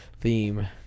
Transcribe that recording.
theme